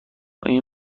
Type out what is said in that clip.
این